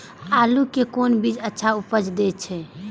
आलू के कोन बीज अच्छा उपज दे छे?